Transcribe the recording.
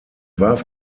warf